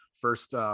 first